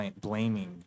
Blaming